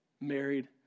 married